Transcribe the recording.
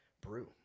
brew